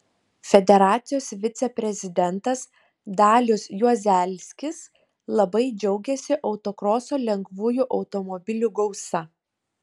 federacijos viceprezidentas dalius juozelskis labai džiaugėsi autokroso lengvųjų automobilių gausa